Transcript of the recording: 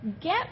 get